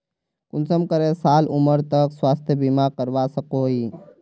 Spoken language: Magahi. कुंसम करे साल उमर तक स्वास्थ्य बीमा करवा सकोहो ही?